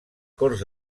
corts